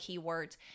keywords